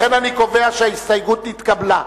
לכן אני קובע שההסתייגות נתקבלה.